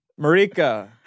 Marika